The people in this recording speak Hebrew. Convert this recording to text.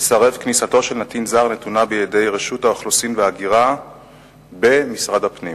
לסרב כניסתו של נתין זר נתונה בידי רשות האוכלוסין וההגירה במשרד הפנים.